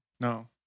No